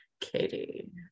Katie